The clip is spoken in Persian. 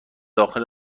داخل